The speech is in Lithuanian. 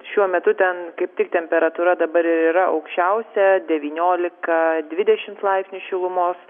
šiuo metu ten kaip tik temperatūra dabar yra aukščiausia devyniolika dvidešims laipsnių šilumos